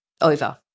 over